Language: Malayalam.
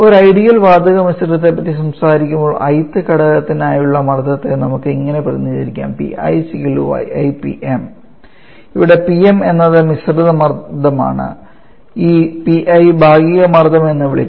ഒരു ഐഡിയൽ വാതക മിശ്രിതത്തെ പറ്റി സംസാരിക്കുമ്പോൾ ith ഘടക ത്തിനുള്ള മർദത്തെ നമുക്ക് ഇങ്ങനെ പ്രതിനിധീകരിക്കാം ഇവിടെPm എന്നത് മിശ്രിത മർദ്ദമാണ് ഈ Pi ഭാഗിക മർദ്ദം എന്ന് വിളിക്കുന്നു